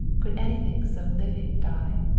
could anything so living die?